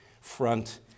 front